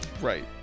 Right